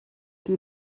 die